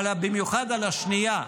אבל במיוחד על השנייה,